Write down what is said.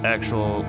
Actual